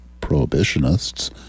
prohibitionists